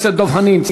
חבר הכנסת דב חנין.